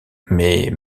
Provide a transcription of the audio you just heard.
mais